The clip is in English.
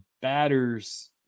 batter's